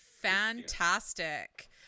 fantastic